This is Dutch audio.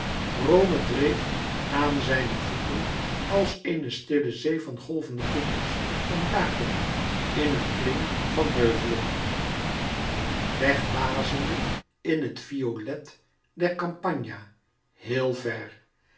rome dreef aan zijne voeten als eene stille zee van golvende koepels en daken in een kling van heuvelen wegwazende in het violet der campagna heel ver